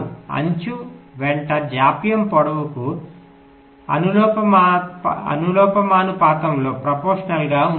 అంచు వెంట జాప్యం పొడవుకు అనులోమానుపాతంలో ఉంటుంది